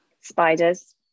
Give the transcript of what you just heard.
Spiders